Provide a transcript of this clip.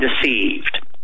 deceived